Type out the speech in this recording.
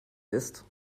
ist